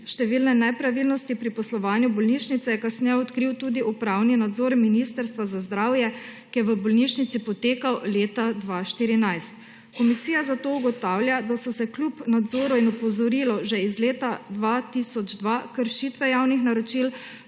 Številne nepravilnosti pri poslovanju bolnišnice je kasneje odkril tudi upravni nadzor Ministrstva za zdravje, ki je v bolnišnici potekal leta 2014. Komisija zato ugotavlja, da so se kljub nadzoru in opozorilu že iz leta 2002 kršitve javnih naročil